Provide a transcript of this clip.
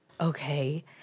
Okay